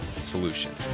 solution